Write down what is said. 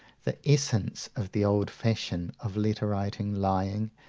the essence of the old fashion of letter-writing lying,